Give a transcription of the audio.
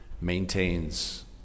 maintains